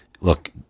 look